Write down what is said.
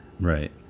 Right